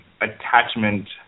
attachment